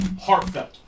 heartfelt